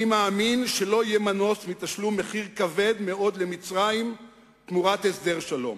אני מאמין שלא יהיה מנוס מתשלום מחיר כבד מאוד למצרים תמורת הסדר שלום.